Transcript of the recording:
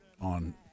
on